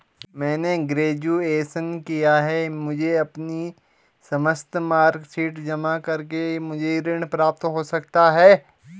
मैंने ग्रेजुएशन किया है मुझे अपनी समस्त मार्कशीट जमा करके मुझे ऋण प्राप्त हो सकता है?